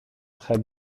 très